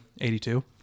82